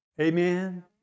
Amen